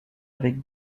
avec